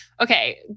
okay